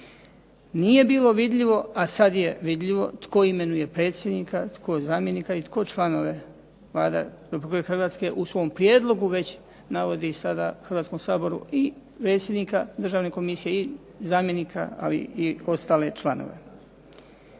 Nije bilo vidljivo, a sad je vidljivo tko imenuje predsjednika, tko zamjenika i tko članove, Vlada Republike Hrvatske u svom prijedlogu već navodi sada Hrvatskom saboru i predsjednika državne komisije, i zamjenika, ali i ostale članove.